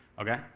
okay